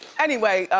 anyway,